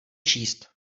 číst